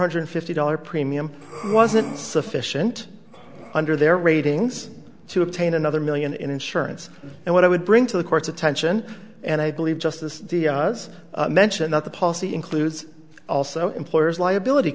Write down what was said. hundred fifty dollars premium wasn't sufficient under their ratings to obtain another million in insurance and what i would bring to the court's attention and i believe justice was mentioned that the policy includes also employers liability